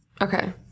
Okay